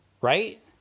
Right